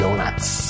Donuts